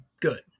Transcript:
good